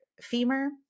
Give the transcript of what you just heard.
femur